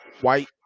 white